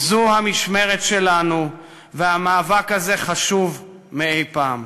זו המשמרת שלנו, והמאבק הזה חשוב מאי-פעם.